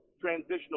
transitional